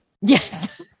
Yes